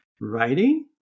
writing